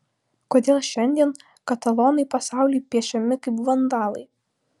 kodėl šiandien katalonai pasauliui piešiami kaip vandalai